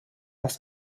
las